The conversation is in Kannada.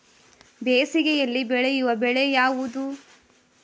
ಬೇಸಿಗೆಯಲ್ಲಿ ಬೆಳೆಯುವ ಬೆಳೆ ಯಾವುದು?